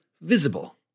visible